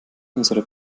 unsere